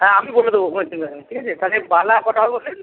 হ্যাঁ আমি বলে দেবো কোনো চিন্তা নেই ঠিক আছে তাহলে বালা কটা হবে বললেন